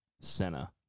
Senna